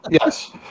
Yes